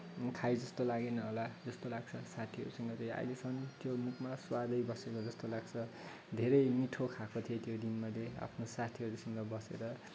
खाएँ जस्तो लागेन होला जस्तो लाग्छ साथीहरूसँग अहिलेसम्म त्यो मुखमा स्वादै बसेको जस्तो लाग्छ धेरै मिठो खाएको थिएँ त्यो दिन मैले आफ्नो साथीहरूसँग बसेर